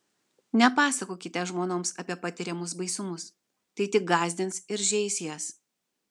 nepasakokite žmonoms apie patiriamus baisumus tai tik gąsdins ir žeis jas